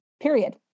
period